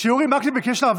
כמו שאתם מבקשים להעביר,